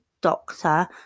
doctor